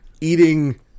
eating